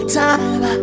time